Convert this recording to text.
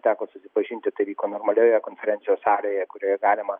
teko susipažinti tai vyko normalioje konferencijų salėje kurioje galima